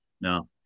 No